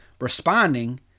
responding